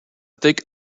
thick